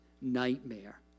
nightmare